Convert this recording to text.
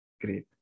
Great